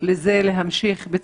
לזה להמשיך.